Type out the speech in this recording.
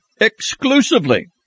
exclusively